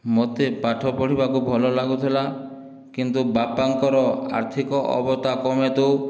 ମୋତେ ପାଠ ପଢ଼ିବାକୁ ଭଲଲାଗୁଥିଲା କିନ୍ତୁ ବାପାଙ୍କର ଆର୍ଥିକ ଅବତାପ ହେତୁ